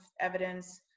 evidence